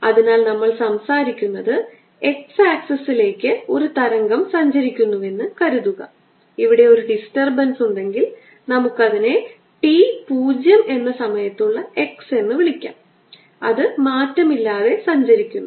അതിനാൽ നമ്മൾ സംസാരിക്കുന്നത് x ആക്സിസിലേക്ക് ഒരു തരംഗം സഞ്ചരിക്കുന്നുവെന്ന് കരുതുക ഇവിടെ ഒരു ഡിസ്റ്റർബൻസ് ഉണ്ടെങ്കിൽ നമുക്ക് അതിനെ t പൂജ്യം എന്ന സമയത്തുള്ള x എന്ന് വിളിക്കാം അത് മാറ്റമില്ലാതെ സഞ്ചരിക്കുന്നു